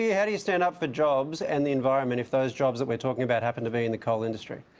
yeah how do you stand up for jobs and the environment, if those jobs that we're talking about happen to be in the coal industry?